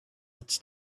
its